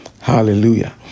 Hallelujah